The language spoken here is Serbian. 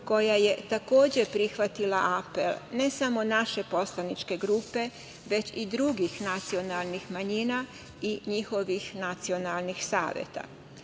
koja je takođe prihvatila apel ne samo naše poslaničke grupe, već i drugih nacionalnih manjina i njihovih nacionalnih